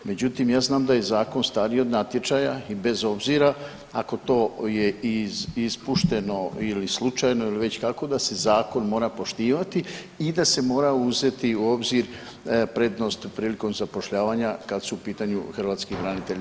Međutim, ja znam da je zakon stariji od natječaja i bez obzira ako to je ispušteno ili slučajno ili već kako da se zakon mora poštivati i da se mora uzeti u obzir prednost prilikom zapošljavanja kad su u pitanju hrvatski branitelji.